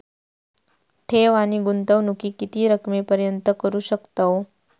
ठेव आणि गुंतवणूकी किती रकमेपर्यंत करू शकतव?